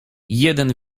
jeden